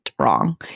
wrong